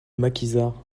maquisards